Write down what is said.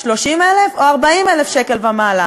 30,000 או 40,000 שקל ומעלה?